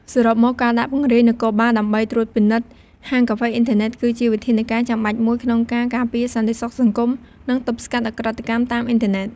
សរុបមក ការដាក់ពង្រាយនគរបាលដើម្បីត្រួតពិនិត្យហាងកាហ្វេអ៊ីនធឺណិត គឺជាវិធានការចាំបាច់មួយក្នុងការការពារសន្តិសុខសង្គម និងទប់ស្កាត់ឧក្រិដ្ឋកម្មតាមអ៊ីនធឺណិត។